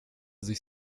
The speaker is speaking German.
sich